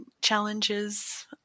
challenges